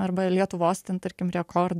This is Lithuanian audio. arba lietuvos ten tarkim rekordą